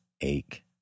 ache